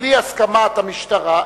בלי הסכמת המשטרה,